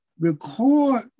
record